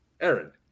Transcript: Aaron